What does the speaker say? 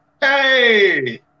Hey